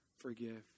forgive